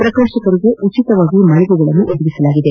ಪ್ರಕಾಶಕರಿಗೆ ಉಚಿತವಾಗಿ ಮಳಿಗೆಗಳನ್ನು ಒದಗಿಸಲಾಗಿದೆ